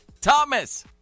Thomas